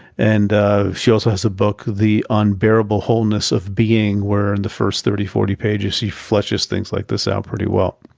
and she also has a book the unbearable wholeness of being where in the first thirty or forty pages she fletches things like this out pretty well.